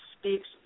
speaks